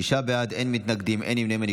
שישה בעד, אין מתנגדים, אין נמנעים.